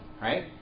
Right